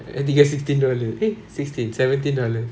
and I only get sixteen dollars eh sixteen seventeen dollars